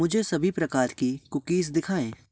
मुझे सभी प्रकार के कुकीज़ दिखाएँ